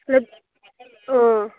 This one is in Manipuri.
ꯑꯥ